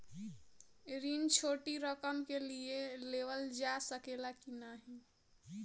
ऋण छोटी रकम के लिए लेवल जा सकेला की नाहीं?